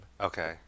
Okay